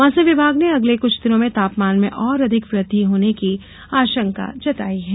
मौसम विभाग ने अगले कुछ दिनों में तापमान में और अधिक वृद्धि होने की आशंका जताई है